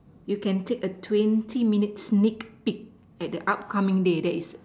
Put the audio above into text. you can take a twenty minute sneak peek at the upcoming day that is